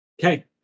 Okay